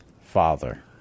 father